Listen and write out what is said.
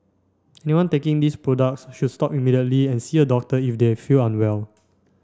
anyone taking these products should stop immediately and see a doctor if they feel unwell